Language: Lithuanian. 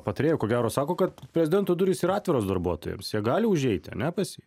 patarėjų ko gero sako kad prezidento durys yra atviros darbuotojams jie gali užeiti ane pas jį